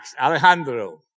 Alejandro